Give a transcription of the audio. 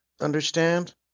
understand